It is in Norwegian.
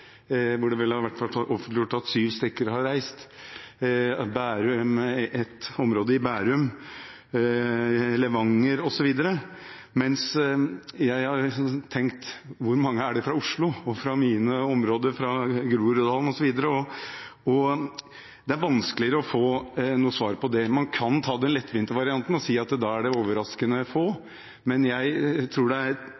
hvor det vel har vært offentliggjort at sju stykker har reist fra – ett område i Bærum, Levanger osv., mens jeg har tenkt: Hvor mange er det fra Oslo og fra mine områder, fra Groruddalen osv.? Det er vanskeligere å få noe svar på det. Man kan ta den lettvinte varianten og si at da er det overraskende få, men jeg tror det er riktigere og tryggere og mer forsvarlig å ta den varianten at det